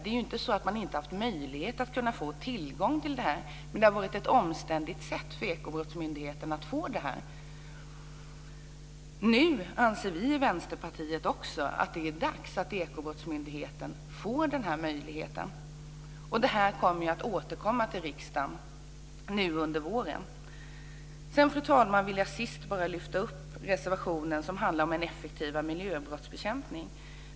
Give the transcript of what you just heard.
Det är inte så att Ekobrottsmyndigheten inte har haft möjlighet till tillgång till registren, men det har skett på ett omständligt sätt. Nu anser också vi i Vänsterpartiet att det är dags att Ekobrottsmyndigheten får denna möjlighet. Detta kommer att återkomma till riksdagen nu under våren. Fru talman! Till sist vill jag lyfta fram reservationen som handlar om en effektivare miljöbrottsbekämpning.